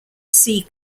sea